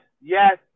yes